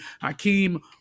Hakeem